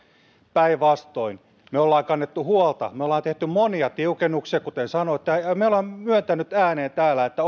päinvastoin me olemme kantaneet huolta me olemme tehneet monia tiukennuksia kuten sanoitte ja ja me olemme myöntäneet ääneen täällä että